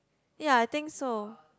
ya I think so